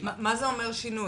-- מה זה אומר שינוי?